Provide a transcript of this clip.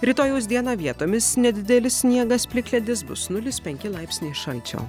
rytojaus dieną vietomis nedidelis sniegas plikledis bus nulis penki laipsniai šalčio